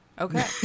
Okay